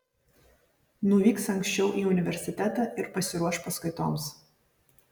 nuvyks anksčiau į universitetą ir pasiruoš paskaitoms